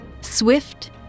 Swift